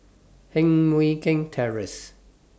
Heng Mui Keng Terrace